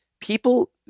people